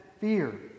fear